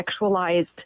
sexualized